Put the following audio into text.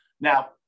Now